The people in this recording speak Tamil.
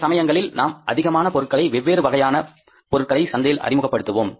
சில சமயங்களில் நாம் அதிகமான பொருட்களை வெவ்வேறு வகையான பொருட்களை சந்தையில் அறிமுகப்படுத்துவோம்